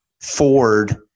Ford